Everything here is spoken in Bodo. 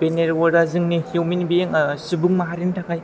बे नेथवर्का जोंनि हिउमेन बिं सुबुं माहारिनि थाखाय